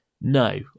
no